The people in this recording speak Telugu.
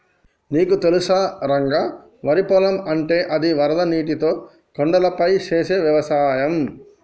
నీకు తెలుసా రంగ వరి పొలం అంటే అది వరద నీరుతో కొండలపై చేసే వ్యవసాయం